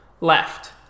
left